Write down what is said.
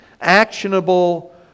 actionable